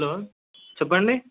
hello చెప్పండి